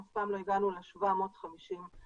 אף פעם לא הגענו ל-750 תקנים.